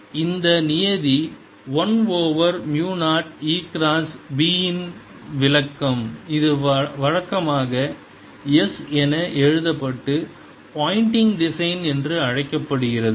dS எனவே இந்த நியதி 1 ஓவர் மு 0 E கிராஸ் B இன் விளக்கம் இது வழக்கமாக S என எழுதப்பட்டு போயண்டிங் திசையன் என்று அழைக்கப்படுகிறது